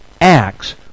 Acts